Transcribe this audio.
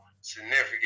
significant